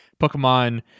Pokemon